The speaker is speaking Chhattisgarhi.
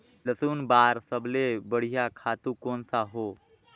लसुन बार सबले बढ़िया खातु कोन सा हो?